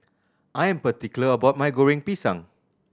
I am particular about my Goreng Pisang